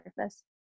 surface